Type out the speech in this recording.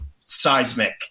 seismic